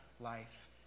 life